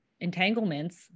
entanglements